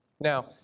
Now